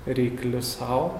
reikli sau